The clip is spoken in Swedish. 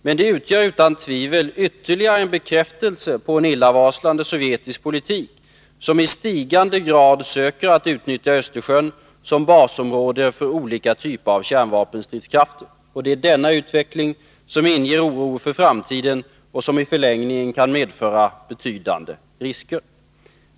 Men den utgör utan tvivel ytterligare en bekräftelse på en illavarslande sovjetisk politik, som i stigande grad försöker utnyttja Östersjön som basområde för olika typer av kärnvapenstridskrafter. Det är denna utveckling som inger oro för framtiden och som i förlängningen kan medföra betydande risker.